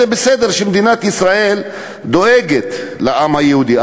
זה בסדר שמדינת ישראל דואגת לעם היהודי,